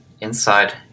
inside